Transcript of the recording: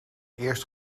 eerst